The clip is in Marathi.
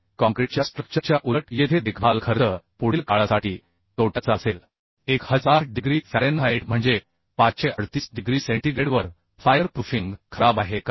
त्यामुळे काँक्रीटच्या स्ट्रक्चरच्या उलट येथे देखभाल खर्च पुढील काळासाठी तोट्याचा असेल 1000 डिग्री फॅरेनहाइट म्हणजे 538 डिग्री सेंटीग्रेडवर फायर प्रूफिंग खराब आहे का